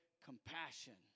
compassion